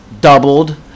doubled